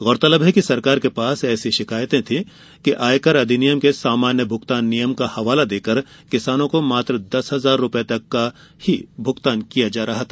गौरतलब है कि सरकार के पास ऐसी शिकायते थी कि आयकर अधिनियम के सामान्य भूगतान नियम का हवाला देकर किसानों को मात्र दस हजार रुपये तक का ही भूगतान किया जा रहा था